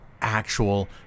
actual